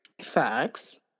Facts